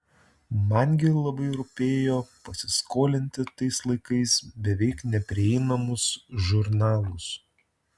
man gi labai rūpėjo pasiskolinti tais laikais beveik neprieinamus žurnalus